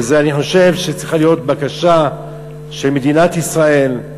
אני חושב שזו צריכה להיות בקשה של מדינת ישראל,